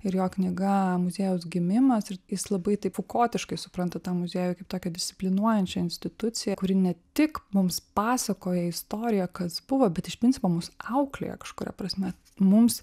ir jo knyga muziejaus gimimas ir jis labai taip fukotiškai supranta tą muziejų kaip tokią disciplinuojančią instituciją kuri ne tik mums pasakoja istoriją kas buvo bet iš principo mus auklėja kažkuria prasme mums